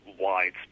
widespread